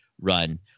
run